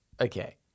Okay